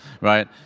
right